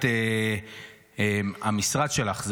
המשרד שלך,